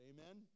Amen